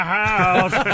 house